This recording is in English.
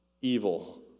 evil